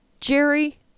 Jerry